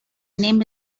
name